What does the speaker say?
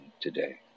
today